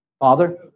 Father